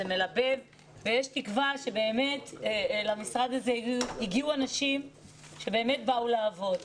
זה מלבב ויש תקווה שבאמת למשרד הזה הגיעו אנשים שבאמת באו לעבוד.